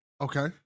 okay